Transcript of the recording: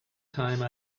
time